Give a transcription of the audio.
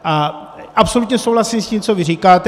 A absolutně souhlasím s tím, co vy říkáte.